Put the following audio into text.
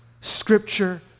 scripture